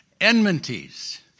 enmities